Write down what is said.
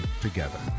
together